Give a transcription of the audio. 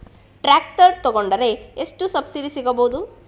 Tractor ತೊಕೊಂಡರೆ ಎಷ್ಟು subsidy ಸಿಗಬಹುದು?